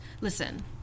listen